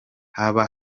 haba